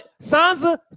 Sansa